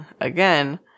again